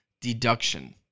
deduction